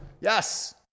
Yes